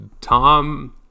tom